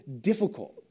difficult